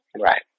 Right